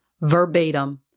verbatim